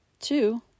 Two